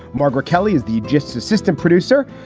margaret kelly is the justice system producer.